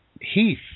Heath